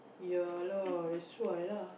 ya lah that's why lah